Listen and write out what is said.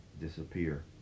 disappear